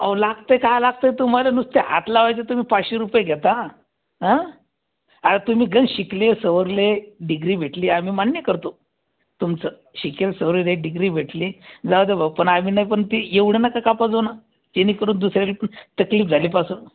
अहो लागतं आहे काय लागतं आहे तुम्हाला नुसते हात लावायचे तुम्ही पाचशे रुपये घेता हा आता तुम्ही गंज शिकले सवरले डिग्री भेटली आम्ही मान्य करतो तुमचं शिकेल सवरेल एक डिग्री भेटली जाऊ द्या भाऊ पण आम्ही नाही पण ती एवढं नका कापत जाऊ ना जेणेकरून दुसऱ्यांना तकलीफ झालीपासून